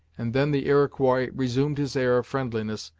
and then the iroquois resumed his air of friendliness,